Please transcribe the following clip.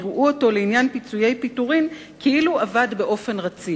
יראו אותו לעניין פיצויי פיטורים כאילו עבד באופן רציף.